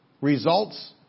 results